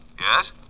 Yes